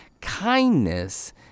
kindness